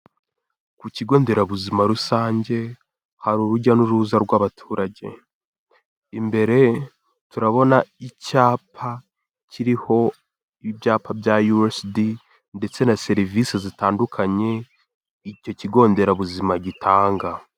Ku kigo nderabuzima rusange hari urujya n'uruza rw'abaturage, imbere turabona icyapa kiriho ibyapa bya USD ndetse na serivisi zitandukanye, icyo kigo nderabuzima gitanga.